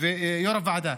ויו"ר הוועדה,